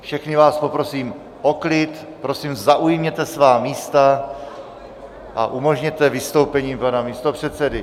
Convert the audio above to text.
Všechny vás poprosím o klid, prosím, zaujměte svá místa a umožněte vystoupení pana místopředsedy!